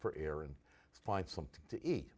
for air and find something to eat